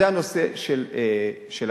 זה הנושא של הבדיקה.